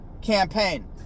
campaign